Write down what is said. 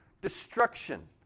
destruction